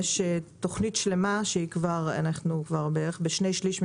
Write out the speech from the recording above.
יש תוכנית שלמה, שאנחנו כבר בערך בשני-שליש ממנה,